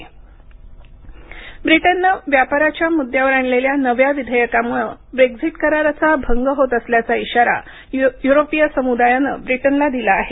युरोपीय समुदाय ब्रिटनने व्यापाराच्या मुद्द्यावर आणलेल्या नव्या विधेयकामुळं ब्रेक्झिट कराराचा भंग होत असल्याचा इशारा युरोपीय समुदायानं ब्रिटनला दिला आहे